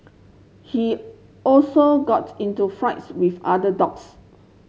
he also got into flights with other dogs